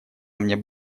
мне